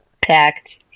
packed